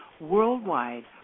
Worldwide